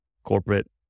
corporate